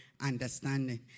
Understanding